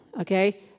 okay